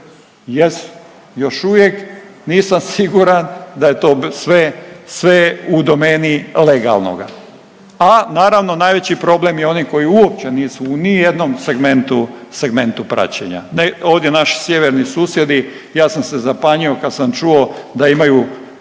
Jesu, još uvijek nisam siguran da je to sve, sve u domeni legalnoga, a naravno najveći problem je onih koji uopće nisu ni u jednom segmentu, segmentu praćenja. Ovdje naši sjeverni susjedni ja sam se zapanjio kad sam čuo da imaju